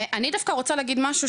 ואני דווקא רוצה להגיד משהו,